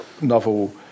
novel